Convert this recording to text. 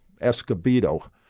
Escobedo